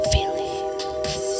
Feelings